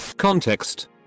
Context